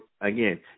Again